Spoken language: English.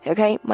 Okay